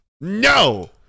No